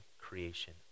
creation